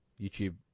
YouTube